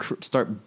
start